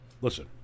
listen